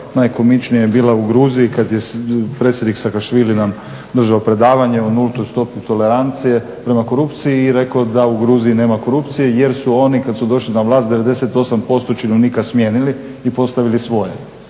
najkomičnija je bila u Gruziji kada je predsjednik Margvelašvili držao predavanje o nultoj stopi tolerancije prema korupciji i rekao da u Gruziji nema korupcije jer su oni kada su došli na vlast 98% činovnika smijenili i postavili svoje,